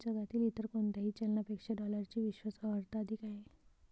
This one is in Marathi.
जगातील इतर कोणत्याही चलनापेक्षा डॉलरची विश्वास अर्हता अधिक आहे